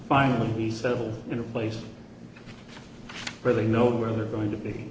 finally settle in a place where they know where they are going to be